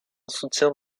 soutien